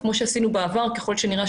כמו שעשינו בעבר, ככל שנראה